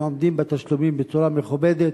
והם עומדים בתשלומים בצורה מכובדת.